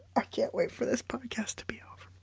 i can't wait for this podcast to be over.